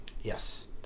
Yes